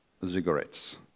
cigarettes